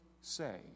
say